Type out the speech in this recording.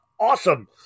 awesome